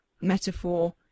metaphor